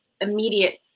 immediate